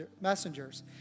messengers